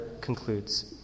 concludes